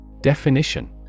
Definition